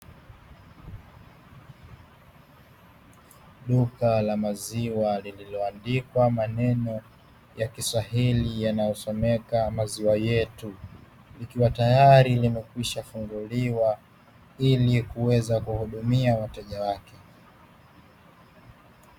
Duka la maziwa lililoandikwa maneno ya kiswahili yanayosomeka maziwa yetu, likiwa tayari limekwisha funguliwa ili kuweza kuhudumia wateja wake.